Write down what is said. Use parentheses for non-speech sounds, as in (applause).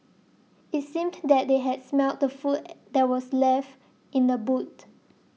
it seemed that they had smelt the food (noise) that were left in the boot